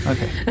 Okay